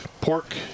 pork